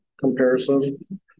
comparison